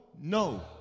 No